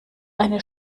eine